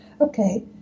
okay